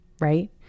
right